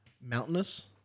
mountainous